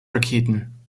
raketen